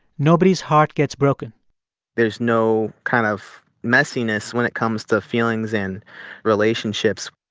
nobody's heart gets broken there's no kind of messiness when it comes to feelings and relationships.